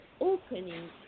opening